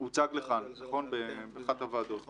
הוא הוצג לך באחת הוועדות, נכון?